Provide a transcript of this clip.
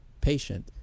patient